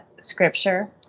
scripture